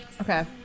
Okay